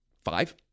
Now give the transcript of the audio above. Five